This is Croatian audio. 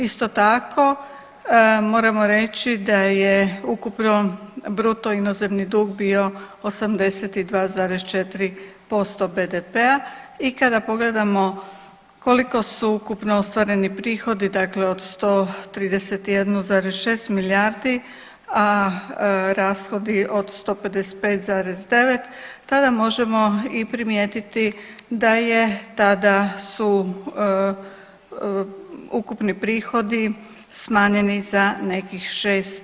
Isto tako moramo reći da je ukupno bruto inozemni dug bio 82,4% BDP-a i kada pogledamo koliko su ukupno ostvareni prihodi dakle od 163,6 milijardi, a rashodi od 155,9 tada možemo i primijetiti da je tada su ukupni prihodi smanjeni za nekih 6%